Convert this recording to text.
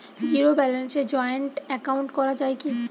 Zero ব্যালেন্সে joint account করা য়ায় কি?